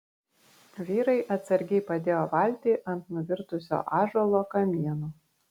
vyrai atsargiai padėjo valtį ant nuvirtusio ąžuolo kamieno